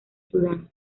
sudán